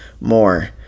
more